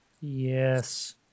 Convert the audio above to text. Yes